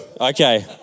Okay